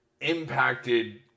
impacted